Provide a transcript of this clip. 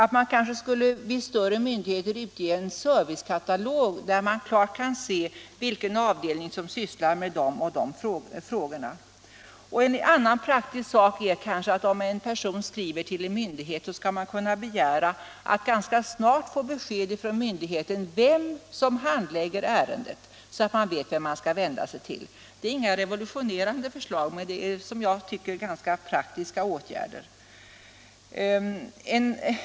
De större myndigheterna skulle 1. ex. utge en servicekatalog där man klart kan se vilken avdelning som sysslar med den 75 het i förvaltningen ena eller den andra frågan. En annan praktisk åtgärd vore att ordna det så att en person som skriver till en myndighet i en fråga kan begära att ganska snart få besked från myndigheten om vem som handlägger ärendet, så att man vet vem man skall vända sig till. Dessa förslag är inte revolutionerande men de inrymmer enligt min mening ganska praktiska åtgärder.